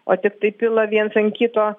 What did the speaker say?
o tiktai pila viens ant kito